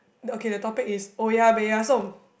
okay the topic is oh-ya-beh-ya-som